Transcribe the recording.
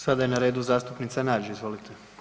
Sada je na redu zastupnica Nađ, izvolite.